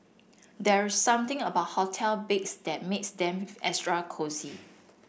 there something about hotel beds that makes them extra cosy